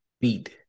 beat